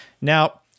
Now